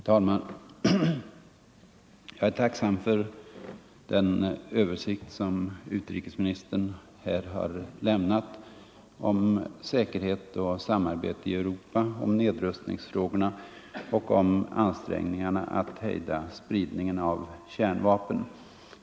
Herr talman! Jag är tacksam för den översikt som utrikesministern här har lämnat om säkerhet och samarbete i Europa, om nedrustningsfrågorna och om ansträngningarna att hejda spridningen av kärnvapen.